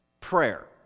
prayer